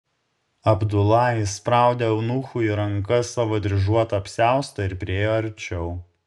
abdula įspraudė eunuchui į rankas savo dryžuotą apsiaustą ir priėjo arčiau